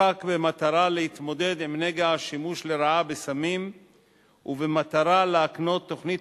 חוקק במטרה להתמודד עם נגע השימוש לרעה בסמים ובמטרה להקנות תוכנית